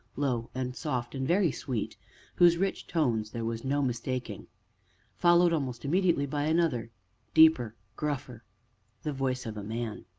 low and soft and very sweet whose rich tones there was no mistaking followed, almost immediately, by another deeper, gruffer the voice of a man.